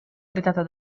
dettata